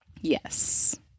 Yes